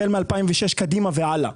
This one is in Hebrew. החל מ-2006 קדימה והלאה,